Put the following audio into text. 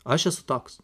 aš esu toks